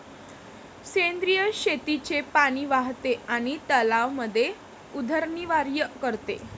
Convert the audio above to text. सेंद्रिय शेतीचे पाणी वाहते आणि तलावांमध्ये उदरनिर्वाह करते